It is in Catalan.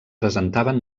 presentaven